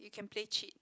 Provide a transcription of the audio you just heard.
you can play cheat